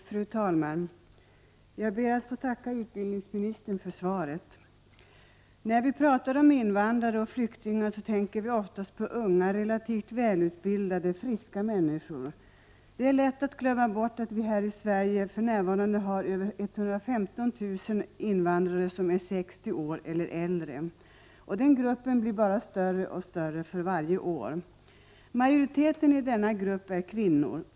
Fru talman! Jag ber att få tacka utbildningsministern för svaret. När vi pratar om invandrare och flyktingar tänker vi oftast på unga, relativt välutbildade, friska människor. Det är lätt att glömma bort att vi här i Sverige för närvarande har över 115 000 invandrare som är 60 år eller äldre, och den gruppen blir bara större och större för varje år. Majoriteten i den gruppen är kvinnor.